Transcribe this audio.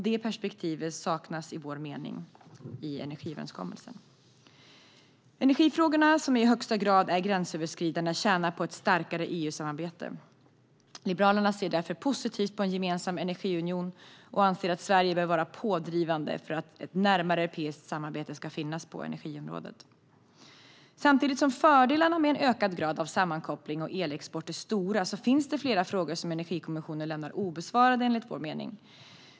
Det perspektivet saknas enligt vår mening i energiöverenskommelsen. Energifrågorna är i högsta grad gränsöverskridande och tjänar på ett starkare EU-samarbete. Liberalerna ser därför positivt på en gemensam energiunion och anser att Sverige bör vara pådrivande för att ett närmare europeiskt samarbete ska finnas på energiområdet. Samtidigt som fördelarna med en ökad grad av sammankoppling och elexport är stora finns det flera frågor som Energikommissionen lämnar obesvarade.